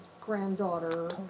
granddaughter